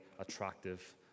attractive